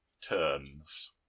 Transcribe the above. turns